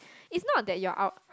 it's not that you are out